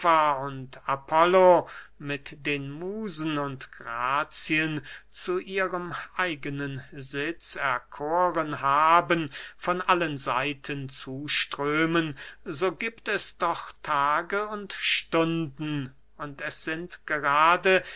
und apollo mit den musen und grazien zu ihrem eigenen sitz erkohren haben von allen seiten zuströmen so giebt es doch tage und stunden und es sind gerade